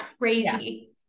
crazy